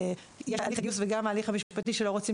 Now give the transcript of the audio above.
שיש את הליך הגיוס וגם ההליך המשפטי שלא רוצים